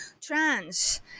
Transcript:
trans